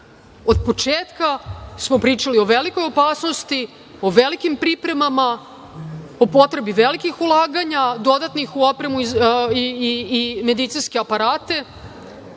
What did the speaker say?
Od početka smo pričali o velikoj opasnosti, o velikim pripremama, o potrebi velikih ulaganja, dodatnih u opremu i medicinske aparate